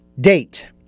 Date